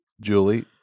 Julie